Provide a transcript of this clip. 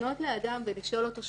לפנות לאדם ולשאול אותו,